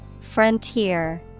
Frontier